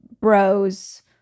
bros